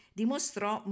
dimostrò